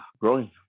growing